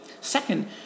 Second